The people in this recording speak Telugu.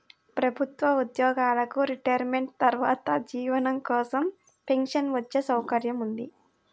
ప్రభుత్వ ఉద్యోగులకు రిటైర్మెంట్ తర్వాత జీవనం కోసం పెన్షన్ వచ్చే సౌకర్యం ఉంది